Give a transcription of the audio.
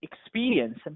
experience